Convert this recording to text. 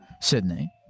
Sydney